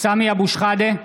סמי אבו שחאדה,